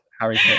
Harry